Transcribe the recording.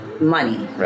money